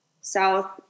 south